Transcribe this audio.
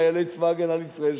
מחיילי צבא-הגנה לישראל,